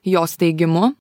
jos teigimu